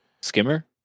Skimmer